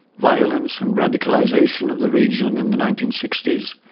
violence and radicalisation of the region in the nineteen sixty s,